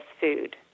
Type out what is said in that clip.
food